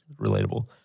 relatable